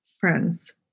friends